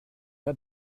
pas